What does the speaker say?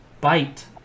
bite